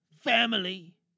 family